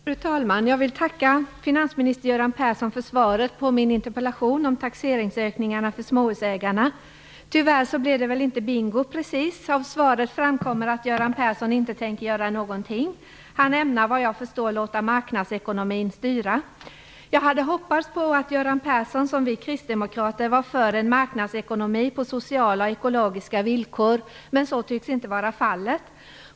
Fru talman! Jag vill tacka finansminister Göran Persson för svaret på min interpellation om taxeringsökningarna för småhusägarna. Tyvärr blev det inte precis bingo. Av svaret framkommer att Göran Persson inte tänker göra någonting. Han ämnar såvitt jag förstår låta marknadsekonomin styra. Jag hade hoppats på att Göran Persson som vi kristdemokrater var för en marknadsekonomi på sociala och ekologiska villkor, men så tycks inte vara fallet.